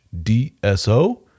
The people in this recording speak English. DSO